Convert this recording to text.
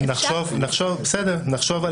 בסדר, נחשוב.